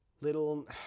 little